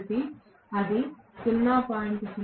కాబట్టి అది 0